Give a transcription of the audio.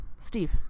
Steve